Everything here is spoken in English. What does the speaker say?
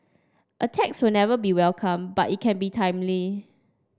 a tax will never be welcome but it can be timely